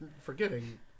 forgetting